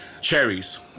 cherries